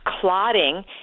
clotting